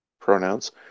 pronouns